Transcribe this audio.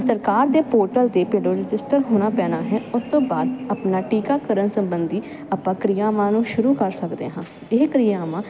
ਸਰਕਾਰ ਦੇ ਪੋਰਟਲ ਤੇ ਪਿੰਡੋ ਰਜਿਸਟਰ ਹੋਣਾ ਪੈਣਾ ਹੈ ਉਸ ਤੋਂ ਬਾਅਦ ਆਪਣਾ ਟੀਕਾਕਰਨ ਸਬੰਧੀ ਆਪਾਂ ਕ੍ਰਿਆਵਾਂ ਨੂੰ ਸ਼ੁਰੂ ਕਰ ਸਕਦੇ ਹਾਂ ਇਹ ਕਿਰਿਆਵਾਂ